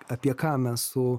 apie ką mes su